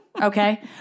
Okay